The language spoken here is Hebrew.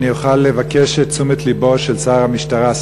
אני אוכל לבקש את תשומת לבו של שר המשטרה,